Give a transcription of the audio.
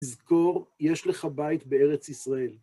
תזכור, יש לך בית בארץ ישראל.